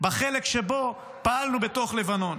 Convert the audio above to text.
בחלק שבו פעלנו בתוך לבנון.